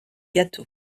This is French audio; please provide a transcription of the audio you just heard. gâteau